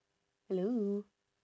hello